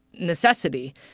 necessity